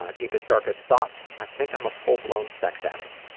ah deepest darkest thoughts, i think i'm a full blown sex addict.